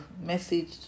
message